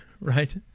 right